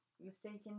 mistaken